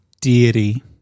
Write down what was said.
deity